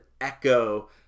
echo